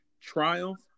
Triumph